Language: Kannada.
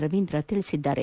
ರವೀಂದ್ರ ತಿಳಿಸಿದ್ದಾರೆ